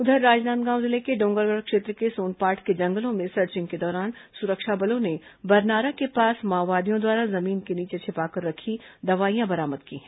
इधर राजनांदगांव जिले के डोंगरगढ़ क्षेत्र के सोनपाठ के जंगलों में सर्चिंग के दौरान सुरक्षा बलों ने बरनारा के पास माओवादियों द्वारा जमीन के नीचे छिपाकर रखीं दवाइयां बरामद की हैं